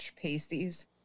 pasties